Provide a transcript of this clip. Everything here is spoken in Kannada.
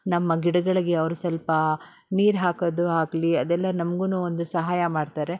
ನಮ್ಮ ಗಿಡಗಳಿಗೆ ಅವರು ಸ್ವಲ್ಪ ನೀರು ಹಾಕೋದು ಆಗಲಿ ಅದೆಲ್ಲ ನಮಗೂನೂ ಒಂದು ಸಹಾಯ ಮಾಡ್ತಾರೆ